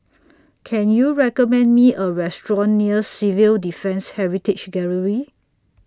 Can YOU recommend Me A Restaurant near Civil Defence Heritage Gallery